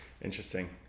Interesting